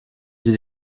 sie